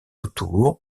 autour